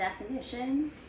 definition